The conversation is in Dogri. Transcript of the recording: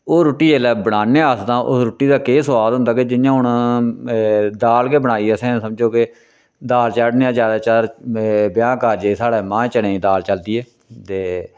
ओह् रुट्टी जेल्लै बनाने आं अस तां उस रुट्टी दा केह् सोआद होंदा के जियां हून दाल गै बनाई असें ते समझो के दाल चाढ़ने अस ज्यादाचर ब्याह् कारजै च साढ़ै मांह् चने दाल चलदी ऐ ते